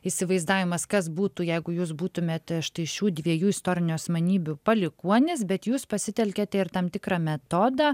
įsivaizdavimas kas būtų jeigu jūs būtumėte štai šių dviejų istorinių asmenybių palikuonys bet jūs pasitelkiate ir tam tikrą metodą